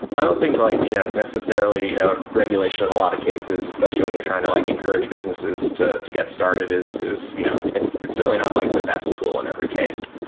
i don't think like you know necessarily you know regulation in a lot of cases, especially when you're trying to like encourage businesses to to get started is is you know it's it's certainly not like the best tool in every case.